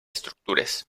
estructures